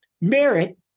merit